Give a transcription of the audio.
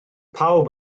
pawb